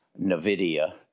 NVIDIA